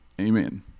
Amen